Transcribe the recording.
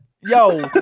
Yo